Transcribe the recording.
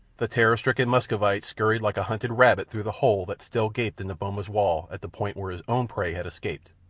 the terror-stricken muscovite scurried like a hunted rabbit through the hole that still gaped in the boma's wall at the point where his own prey had escaped,